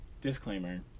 disclaimer